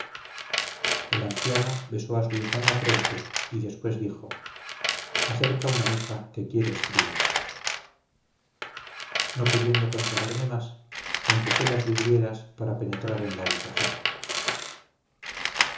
el anciano besó a su hija en la frente y después dijo acerca una mesa que quiero escribir no pudiendo contenerme más empujé las vidrieras para penetrar en la habitación